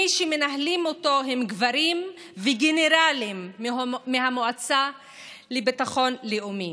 מי שמנהלים אותו הם גברים וגנרלים מהמועצה לביטחון לאומי.